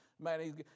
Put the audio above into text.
man